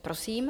Prosím.